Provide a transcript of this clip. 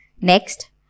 Next